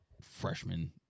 freshman